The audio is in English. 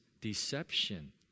deception